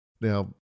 Now